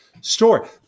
story